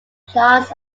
plants